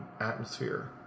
atmosphere